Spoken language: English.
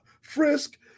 frisk